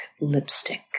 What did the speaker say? lipstick